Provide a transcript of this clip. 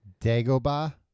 Dagobah